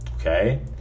Okay